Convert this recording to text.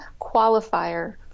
qualifier